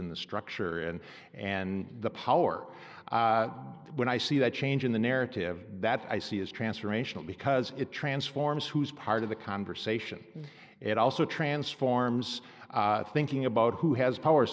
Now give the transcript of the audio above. in the structure and and the power when i see that change in the narrative that i see is transformational because it transforms who's part of the conversation it also transforms thinking about who has power